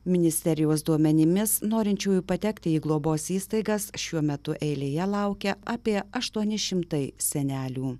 ministerijos duomenimis norinčiųjų patekti į globos įstaigas šiuo metu eilėje laukia apie aštuoni šimtai senelių